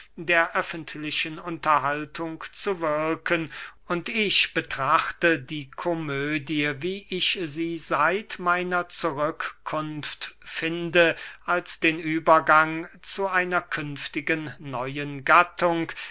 der öffentlichen unterhaltung zu wirken und ich betrachte die komödie wie ich sie seit meiner zurückkunft finde als den übergang zu einer künftigen neuen gattung